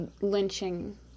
lynching